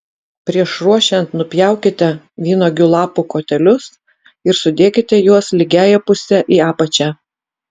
prieš ruošiant nupjaukite vynuogių lapų kotelius ir sudėkite juos lygiąja puse į apačią